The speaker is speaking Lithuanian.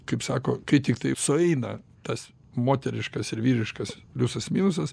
kaip sako kai tiktai sueina tas moteriškas ir vyriškas pliusas minusas